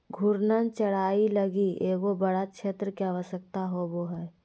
घूर्णन चराई लगी एगो बड़ा क्षेत्र के आवश्यकता होवो हइ